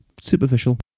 superficial